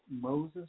Moses